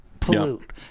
Pollute